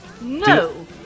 No